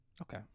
Okay